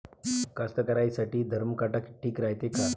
कास्तकाराइसाठी धरम काटा ठीक रायते का?